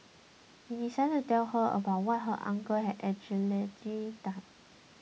he decided to tell her about what her uncle had allegedly done